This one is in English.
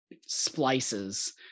splices